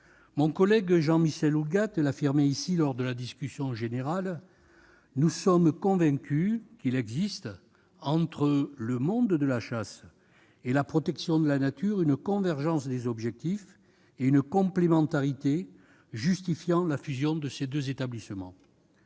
Mon collègue Jean-Michel Houllegatte l'affirmait ici, lors de la discussion générale de la première lecture du texte, « nous sommes convaincus qu'il existe entre le monde de la chasse et la protection de la nature une convergence des objectifs et une complémentarité justifiant la fusion de ces deux établissements »,